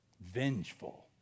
Vengeful